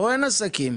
פה אין עסקים.